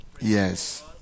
Yes